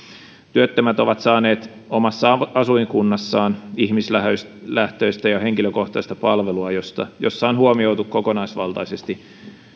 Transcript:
työttömät ovat saaneet omassa asuinkunnassaan ihmislähtöistä ihmislähtöistä ja henkilökohtaista palvelua jossa on huomioitu kokonaisvaltaisesti